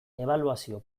ebaluazio